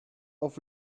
auf